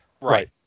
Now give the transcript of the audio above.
right